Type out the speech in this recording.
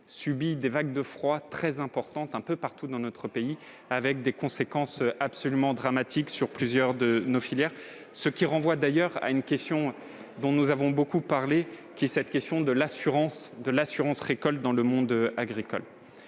jours des vagues de froid très importantes un peu partout dans notre pays, lesquelles ont des conséquences dramatiques sur plusieurs de nos filières. Cela renvoie d'ailleurs à une question dont nous avons beaucoup discuté, celle de l'assurance récolte dans le monde agricole.